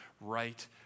right